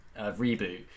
Reboot